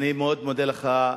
אני מאוד מודה לך,